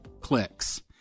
clicks